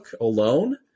alone